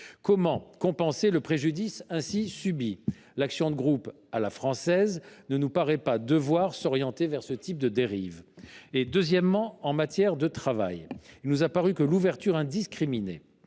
comment compenser le préjudice ainsi subi ? L’action de groupe « à la française » ne nous paraît pas devoir s’orienter vers ce type de dérives. Deuxièmement, en matière de droit du travail, il nous a semblé qu’une ouverture indiscriminée